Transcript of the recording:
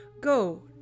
go